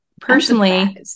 Personally